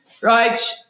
Right